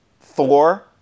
Thor